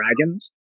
dragons